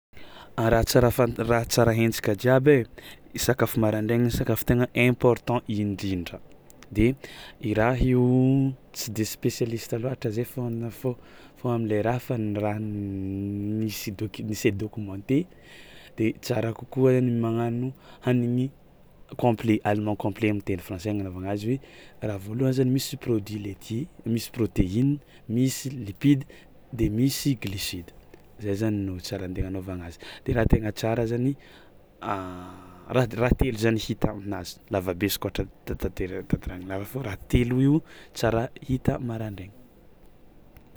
A raha tsara fa- raha tsara haintsika jiaby ai, i sakafo maraindraigny sakafo tegna important indrindra de i raha io tsy de spesialista loatra zahay fao na fao fao am'le raha fa ny raha ni-se docu- ni-se documenter de tsara kokoa ny magnano hanigny complet aliment complet am'teny français agnanaovagna azy hoe raha voalohany zany misy produits laitiers, misy prôteina, misy lipida de misy gliosida, zay zany no tsara andeha agnanaovagna azy de raha tegna tsara zany raha t- raha telo zany hita aminazy, lavabe izy koa ôhatra tantatera- tantarainy lava fao raha telo io tsara hita maraindraigny.